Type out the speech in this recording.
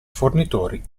fornitori